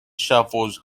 shovels